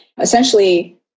essentially